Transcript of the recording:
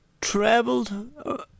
traveled